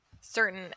certain